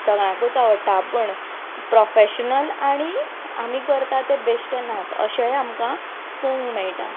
सगळ्यांकूच आवडटा पूण प्रोफेशनल आनी आमी करता ते बेश्टे नाच अशे आमकां पळोवंक मेळटा